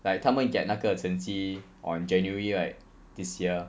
like 他们 get 那个成绩 on january right this year